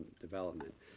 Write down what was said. development